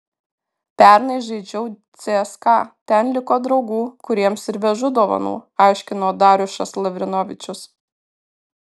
pernai žaidžiau cska ten liko draugų kuriems ir vežu dovanų aiškino darjušas lavrinovičius